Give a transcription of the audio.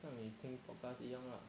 像你听 podcast 一样 lah